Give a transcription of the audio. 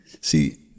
See